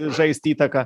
žaist įtaką